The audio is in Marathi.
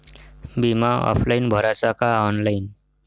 बिमा ऑफलाईन भराचा का ऑनलाईन?